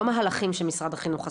לא מהלכים שמשרד החינוך עשה.